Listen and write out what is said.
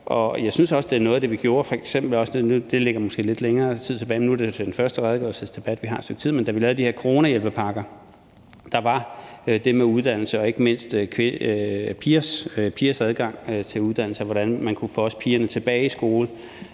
jeg synes også, det er noget af det, vi f.eks. gjorde – og det ligger måske lidt længere tid tilbage, og nu er det den første redegørelsen – da vi lavede de her coronahjælpepakker. Der var det med uddannelse og ikke mindst pigers adgang til uddannelse – og hvordan man også kunne få pigerne tilbage i skole,